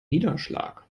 niederschlag